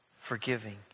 forgiving